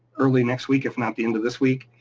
early next week, if not the end of this week.